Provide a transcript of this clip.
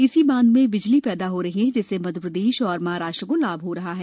इसी बांध में बिजली पैदा हो रही है जिससे मध्यप्रदेश और महाराष्ट्र को लाभ हो रहा है